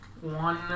One